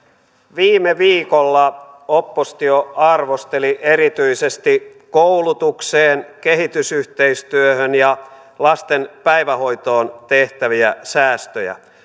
viime viikolla oppositio arvosteli erityisesti koulutukseen kehitysyhteistyöhön ja lasten päivähoitoon tehtäviä säästöjä